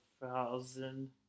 thousand